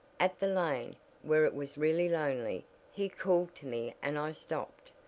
at the lane where it was really lonely he called to me and i stopped.